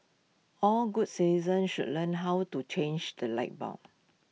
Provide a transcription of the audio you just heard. all good citizens should learn how to change the light bulb